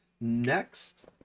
next